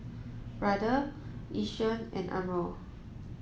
Brother Yishion and Umbro